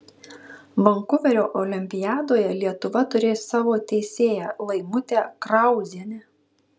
vankuverio olimpiadoje lietuva turės savo teisėją laimutę krauzienę